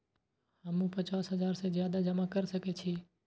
हमू पचास हजार से ज्यादा जमा कर सके छी?